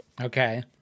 okay